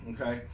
Okay